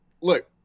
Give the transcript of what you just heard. Look